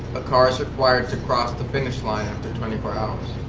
a car is required to cross the finish line after twenty four hours.